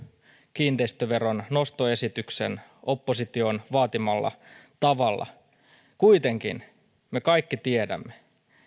kiinteistöveron nostoesityksen opposition vaatimalla tavalla kuitenkin me kaikki tiedämme